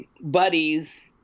buddies